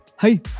Hey